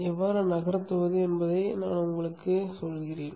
எப்படி நகர்த்துவது என்பதை நான் உங்களுக்குச் சொல்கிறேன்